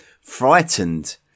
frightened